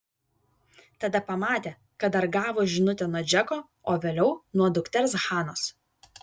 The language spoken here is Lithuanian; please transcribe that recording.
tada pamatė kad dar gavo žinutę nuo džeko o vėliau nuo dukters hanos